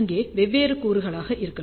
அங்கே வெவ்வேறு கூறுகளாக இருக்கலாம்